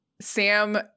sam